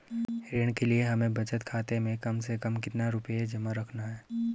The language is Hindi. ऋण के लिए हमें बचत खाते में कम से कम कितना रुपये जमा रखने हैं?